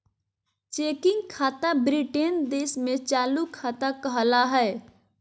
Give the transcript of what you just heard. checking खाता Britain देश में चालू खाता कहला हय